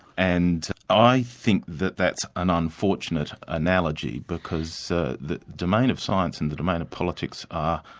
and i think that that's an unfortunate analogy, because the the domain of science and the domain of politics are